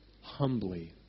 humbly